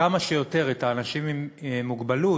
כמה שיותר את האנשים עם המוגבלות